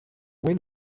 wind